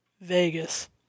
Vegas